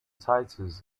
titles